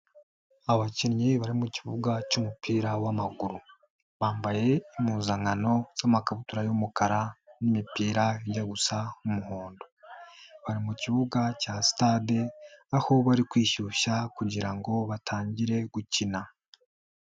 Abakinnyi bari mu kibuga cy'umupira w'amaguru, bambaye impuzankano z'amakabutura y'umukara n'imipira ijya gusa umuhondo, bari mu kibuga cya stade, aho bari kwishyushya kugira ngo batangire gukina.